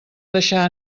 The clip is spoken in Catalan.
deixar